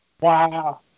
Wow